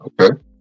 Okay